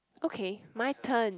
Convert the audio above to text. okay my turn